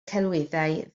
celwyddau